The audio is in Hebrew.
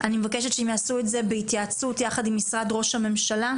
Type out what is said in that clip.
אני מבקשת שהם יעשו את זה בהתייעצות יחד עם משרד ראש הממשלה,